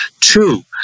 two